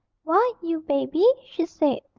why, you baby she said,